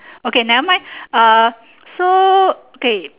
okay nevermind uh so k